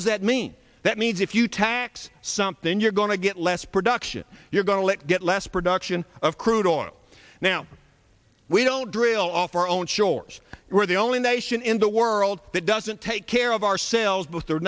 does that mean that means if you tax something you're going to get less production you're going to let get less production of crude oil now we don't drill off our own shores we're the only nation in the world that doesn't take care of ourselves with their